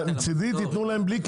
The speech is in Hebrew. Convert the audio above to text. מצדי תתנו להם בלי קשר,